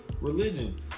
religion